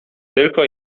tylko